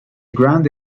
grande